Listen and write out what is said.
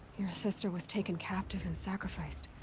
your sister was taken captive and sacrificed.